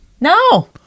No